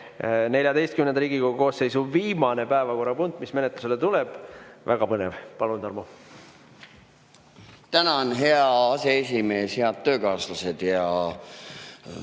on Riigikogu XIV koosseisu viimane päevakorrapunkt, mis menetlusele tuleb. Väga põnev. Palun, Tarmo! Tänan, hea aseesimees! Head töökaaslased!